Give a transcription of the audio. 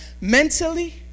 mentally